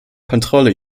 kontrolle